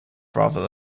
rather